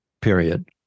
period